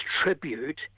tribute